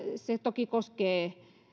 se toki koskee